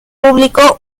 público